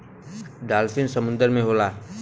dolphin समुंदर में होला